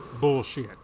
bullshit